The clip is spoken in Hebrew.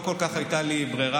לא כל כך הייתה לי ברירה,